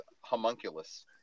Homunculus